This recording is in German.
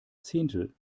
zehntel